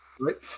Right